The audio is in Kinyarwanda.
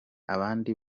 abandi